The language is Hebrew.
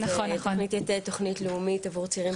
תוכנית "יתד" היא תוכנית לאומית עבור צעירים